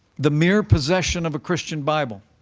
the mere possession of a christian bible